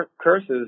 curses